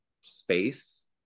space